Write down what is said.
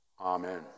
Amen